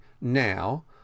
now